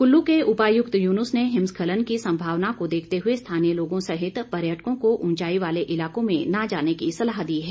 कुल्लू के उपायुक्त युनुस ने हिमस्खलन की सम्भावना को देखते हुए स्थानीय लोगों सहित पर्यटकों को उंचाई वाले इलाकों में न जाने की सलाह दी है